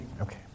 okay